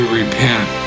repent